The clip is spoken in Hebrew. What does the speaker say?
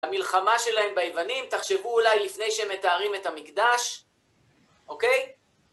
המלחמה שלהם ביוונים, תחשבו אולי לפני שהם מטהרים את המקדש, אוקיי?